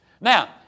Now